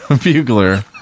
bugler